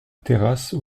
terrasse